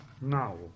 now